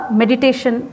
meditation